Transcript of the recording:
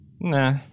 Nah